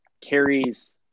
carries